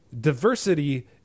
Diversity